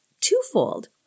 twofold